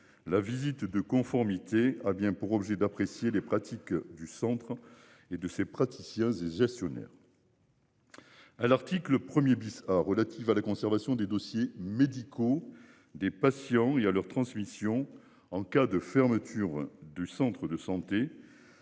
La visite de conformité a bien pour objet d'apprécier les pratiques du centre et de ces praticiens et gestionnaire. À l'article 1er bis relative à la conservation des dossiers médicaux des patients et à leur transmission en cas de fermeture du centre de santé